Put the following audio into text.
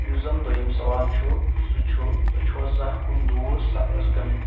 یُس زن دٔیُم سوال چھُ سُہ چھُ تُہۍ چھُو حظ زَہنۍ کُن دوٗر سفرس گٔمٕتۍ